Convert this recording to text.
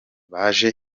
baje